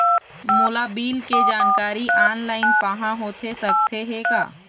मोला बिल के जानकारी ऑनलाइन पाहां होथे सकत हे का?